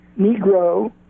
negro